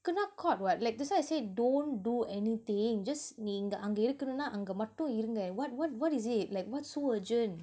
kena caught [what] like that's why I said don't do anything just நீங்க அங்க இருக்கனுனா அங்க மட்டும் இருங்க:neenga anga irukkanunaa anga mattum irunga what what what is it like what's so urgent